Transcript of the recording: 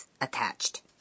attached